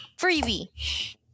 freebie